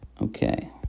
Okay